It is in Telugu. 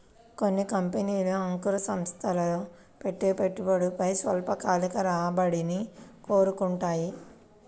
కొన్ని కంపెనీలు అంకుర సంస్థల్లో పెట్టే పెట్టుబడిపై స్వల్పకాలిక రాబడిని కోరుకుంటాయి